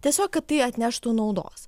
tiesiog kad tai atneštų naudos